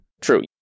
True